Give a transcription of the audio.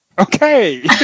Okay